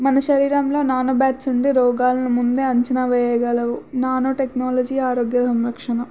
మన శరీరంలో నానోబాట్స్ ఉండి రోగాలని ముందే అంచనా వెయ్యగలవు నానో టెక్నాలజీ ఆరోగ్య సంరక్షణ